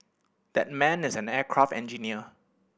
that man is an aircraft engineer